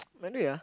by the way ah